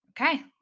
Okay